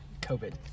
COVID